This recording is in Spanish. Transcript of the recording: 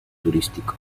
turístico